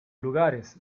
lugares